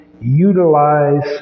utilize